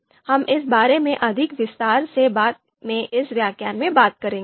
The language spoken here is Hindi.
हम इस बारे में अधिक विस्तार से बाद में इस व्याख्यान में बात करेंगे